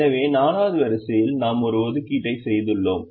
எனவே 4 வது வரிசையில் நாம் ஒரு ஒதுக்கீட்டை செய்துள்ளோம்